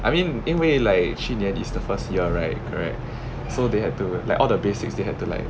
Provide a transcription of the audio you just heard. I mean 因为 like 去年 is the first year right correct so they had to like all the basics they had to like